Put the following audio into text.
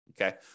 Okay